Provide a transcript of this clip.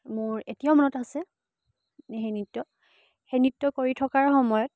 মোৰ এতিয়াও মনত আছে সেই নৃত্য সেই নৃত্য কৰি থকাৰ সময়ত